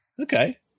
okay